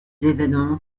évènements